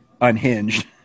Unhinged